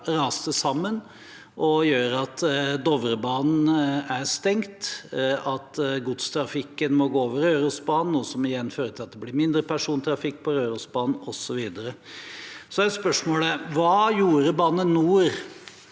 raste sammen og gjør at Dovrebanen er stengt, at godstrafikken må gå over Rørosbanen, noe som igjen fører til at det blir mindre persontrafikk på Rørosbanen, osv. Så er spørsmålet: Hva gjorde Bane NOR